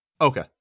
Okay